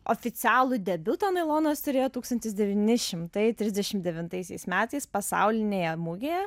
oficialų debiutą nailonas turėjo tūkstantis devyni šimtai trisdešim devintaisiais metais pasaulinėje mugėje